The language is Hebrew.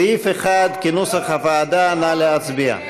סעיף 1, כנוסח הוועדה נא להצביע.